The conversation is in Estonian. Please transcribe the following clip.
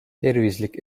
tervislik